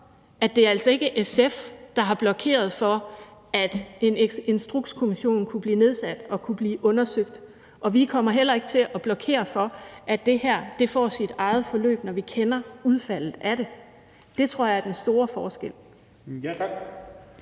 at det altså ikke er SF, der har blokeret for, at en Instrukskommission kunne blive nedsat og det kunne blive undersøgt. Vi kommer heller ikke til at blokere for, at det her får sit eget forløb, når vi kender udfaldet af det. Det tror jeg er den store forskel.